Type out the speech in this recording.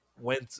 went